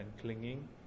clinging